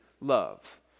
love